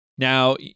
Now